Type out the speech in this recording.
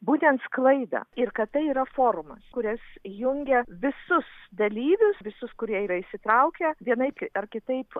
būtent sklaidą ir kad tai yra forumas kuris jungia visus dalyvius visus kurie yra įsitraukę vienaip ar kitaip